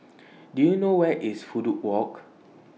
Do YOU know Where IS Fudu Walk